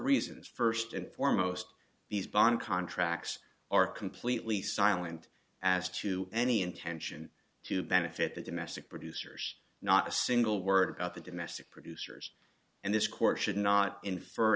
reasons first and foremost these bond contracts are completely silent as to any intention to benefit the domestic producers not a single word about the domestic producers and this court